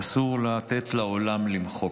אסור לתת לעולם למחוק.